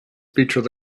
feature